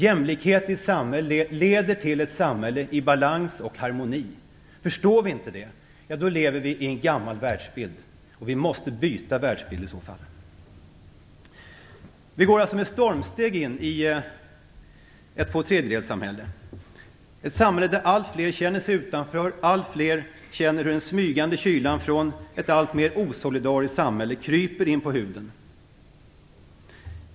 Jämlikhet leder till ett samhälle i balans och harmoni. Om vi inte förstår det lever vi med en gammal världsbild, och vi måste i så fall byta världsbild. Vi går alltså med stormsteg in i ett tvåtredjedelssamhälle, ett samhälle där allt fler känner sig utanför, allt fler känner hur den smygande kylan från ett alltmer osolidariskt samhälle kryper in på huden.